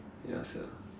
ya sia